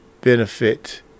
benefit